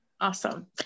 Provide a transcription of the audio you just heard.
awesome